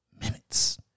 minutes